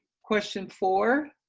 question four,